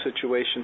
situation